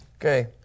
Okay